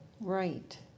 right